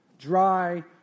Dry